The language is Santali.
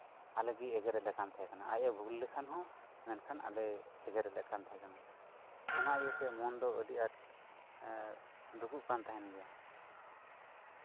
ᱟᱞᱮ ᱜᱮ ᱮᱜᱮᱨ ᱮᱫ ᱞᱮ ᱛᱟᱦᱮᱸ ᱠᱟᱱᱟ ᱟᱡ ᱮ ᱵᱷᱩᱞ ᱞᱮᱠᱷᱟᱱ ᱟᱞᱮ ᱮᱜᱮᱨ ᱮᱫ ᱞᱮ ᱛᱟᱦᱮᱸᱠᱟᱱᱟ ᱚᱱᱟ ᱤᱭᱟᱹ ᱛᱮ ᱢᱚᱱ ᱫᱚ ᱟᱹᱰᱤ ᱟᱸᱴ ᱫᱩᱠᱩᱜ ᱠᱟᱱ ᱛᱟᱦᱮᱫ ᱜᱮᱭᱟ